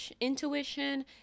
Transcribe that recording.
intuition